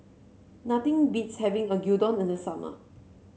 nothing beats having Gyudon in the summer